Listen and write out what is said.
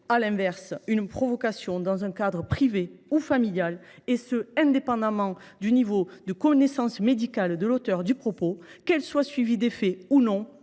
À l’inverse, une provocation dans un cadre privé ou familial, indépendamment du niveau de connaissance médicale de l’auteur du propos, qu’elle soit ou non